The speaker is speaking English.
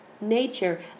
nature